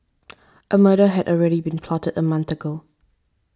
a murder had already been plotted a month ago